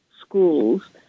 schools